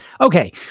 Okay